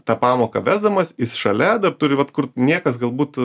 tą pamoką vesdamas jis šalia dar turi vat kur niekas galbūt